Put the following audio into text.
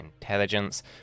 intelligence